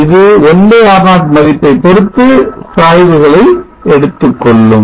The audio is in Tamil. இது 1R0 மதிப்பை பொறுத்து சாய்வுகளை எடுத்துக்கொள்ளும்